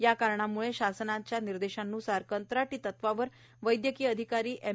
त्याम्ळे शासनाचे निर्देशान्सार कंत्राटी तत्वावर वैद्यकीय अधिकारी एम